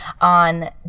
on